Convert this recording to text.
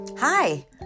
Hi